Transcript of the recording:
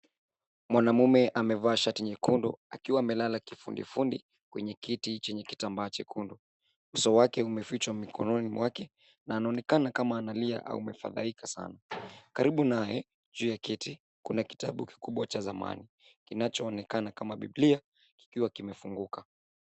Mwanamme amevaa shati nyekundu akiwa amelala kifudifudi kwenye kiti chenye tambaa chekundu. Uso wake umefichwa mikononi mwake na anaonekana kama analia au amefadhaika sana. Karibu naye juu ya kiti kuna kitabu kikubwa cha zamani kinachoonekana kama bibilia kikiwa kimefunguka.